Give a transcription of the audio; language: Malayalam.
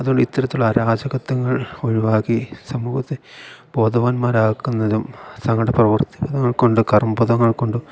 അതുകൊണ്ട് ഇത്തരത്തിലുള്ള അരാജകത്വങ്ങൾ ഒഴിവാക്കി സമൂഹത്തെ ബോധവാന്മാരാക്കുന്നതും തങ്ങളുടെ പ്രവർത്തിപഥങ്ങൾ കൊണ്ടും കർമ്മപഥങ്ങൾ കൊണ്ടും